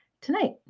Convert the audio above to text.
tonight